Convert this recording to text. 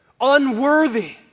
unworthy